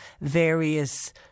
various